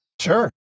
sure